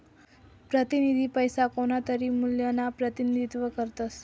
प्रतिनिधी पैसा कोणतातरी मूल्यना प्रतिनिधित्व करतस